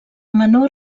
menor